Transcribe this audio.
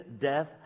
death